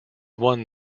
won